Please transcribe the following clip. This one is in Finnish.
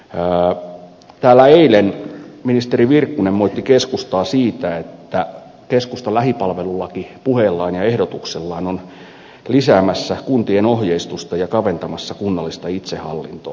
täällä eilen ministeri virkkunen moitti keskustaa siitä että keskusta lähipalvelulakipuheellaan ja ehdotuksellaan on lisäämässä kuntien ohjeistusta ja kaventamassa kunnallista itsehallintoa